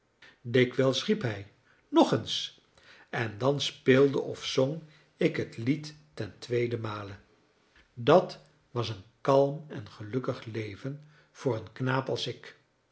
dikwijls riep hij nog eens en dan speelde of zong ik het lied ten tweedemale dat was een kalm en gelukkig leven voor een knaap als ik